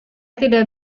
tidak